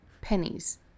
Pennies